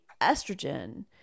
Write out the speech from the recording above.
estrogen